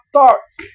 dark